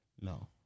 no